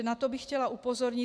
Na to bych chtěla upozornit.